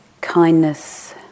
Kindness